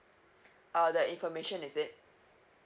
uh the information is it